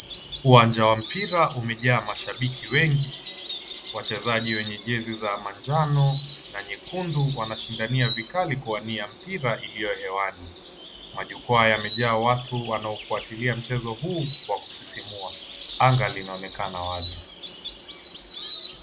Uwanja wa mpira umejaa mashabiki wengi. Wachezaji wenye jezi za manjano na nyekundu wanashindania vikali kuwania mpira ilio hewani. Majukwaa yamejaa watu wanaofuatilia mchezo huu wa kusisimua. Anga linaonekana wazi.